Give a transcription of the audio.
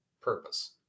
purpose